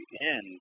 end